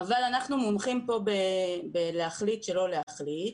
אבל אנחנו מומחים פה בלהחליט שלא להחליט,